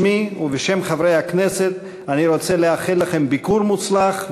בשמי ובשם חברי הכנסת אני רוצה לאחל לכם ביקור מוצלח,